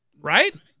Right